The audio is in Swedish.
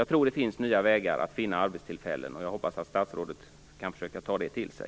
Jag tror att det finns nya vägar att finna arbetstillfällen, och jag hoppas att statsrådet kan försöka ta det till sig.